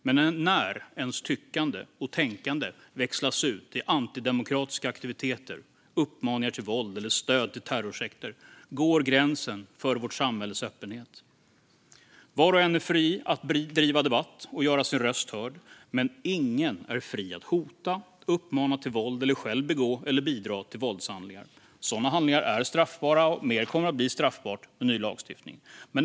Men när ens tyckande och tänkande omsätts i antidemokratiska aktiviteter, uppmaningar till våld eller stöd till terrorsekter går gränsen för vårt samhälles öppenhet. Var och en är fri att driva debatt och göra sin röst hörd. Men ingen är fri att hota, uppmana till våld eller själv begå eller bidra till våldshandlingar. Sådana handlingar är straffbara, och mer kommer att bli straffbart med ny lagstiftning.